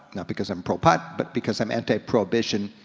not because i'm pro-pot, but because i'm anti-prohibition,